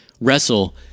wrestle